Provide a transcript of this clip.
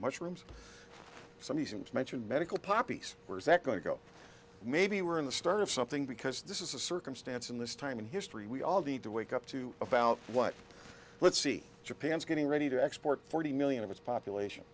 to mention medical poppies we're going to go maybe we're in the start of something because this is a circumstance and this time in history we all need to wake up to about what let's see japan's getting ready to export forty million of its population